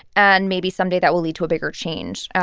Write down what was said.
and maybe someday, that will lead to a bigger change.